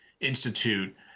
Institute